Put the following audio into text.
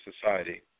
society